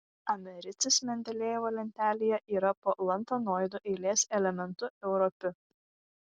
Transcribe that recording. americis mendelejevo lentelėje yra po lantanoidų eilės elementu europiu